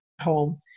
home